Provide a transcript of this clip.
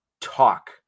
talk